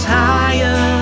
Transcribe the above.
higher